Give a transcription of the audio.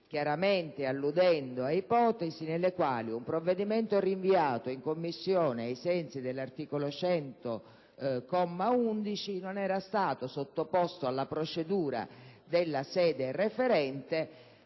chiaramente alludendo a ipotesi nelle quali un provvedimento, rinviato in Commissione ai sensi appunto dell'articolo 100, comma 11, del Regolamento, non era stato sottoposto alla procedura della sede referente,